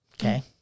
Okay